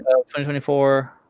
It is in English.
2024